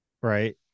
Right